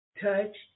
Touch